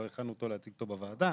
לא הכנו אותו להציג אותו בוועדה,